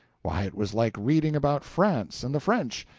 why, it was like reading about france and the french,